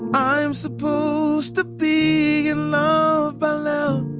i'm supposed to be in love by now.